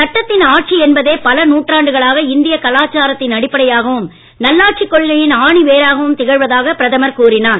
சட்டத்தின் ஆட்சி என்பதே பல நூற்றாண்டுகளாக இந்திய கலாச்சாரத்தின் அடிப்படையாகவும் நல்லாட்சிக் கொள்கையின் ஆணிவேராகவும் திகழ்வதாக பிரதமர் கூறினார்